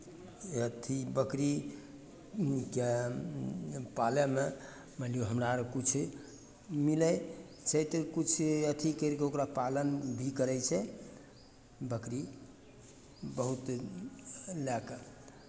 अथि बकरीके पालयमे मानि लियौ हमरा आरके किछु मिलै छै तऽ किछु अथि करि कऽ ओकरा पालन भी करै छै बकरी बहुत लए कऽ